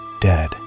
dead